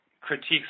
critiques